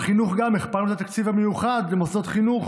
בחינוך הכפלנו את התקציב המיוחד למוסדות חינוך